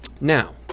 now